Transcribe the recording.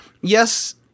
Yes